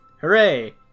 Hooray